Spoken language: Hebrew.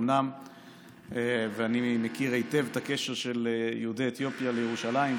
אומנם אני מכיר היטב את הקשר של יהודי אתיופיה לירושלים,